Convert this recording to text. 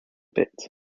bit